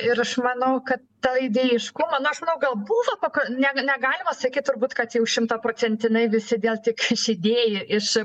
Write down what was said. ir aš manau kad tą idėjiškumą nu aš manau gal buvo koko ne negalima sakyt turbūt kad jau šimtaprocentinai visi dėl tik iš idėjų iš